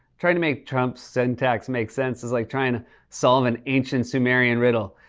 trying to make trump syntax make sense is like trying to solve an ancient sumerian riddle.